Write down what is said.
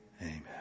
Amen